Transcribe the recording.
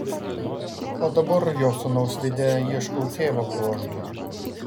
o dabar jo sūnaus veide ieškau tėvo bruožų